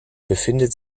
befindet